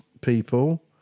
people